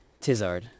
Tizard